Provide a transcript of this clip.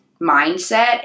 mindset